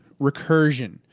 recursion